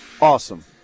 Awesome